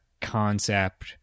concept